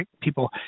people